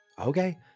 okay